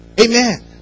Amen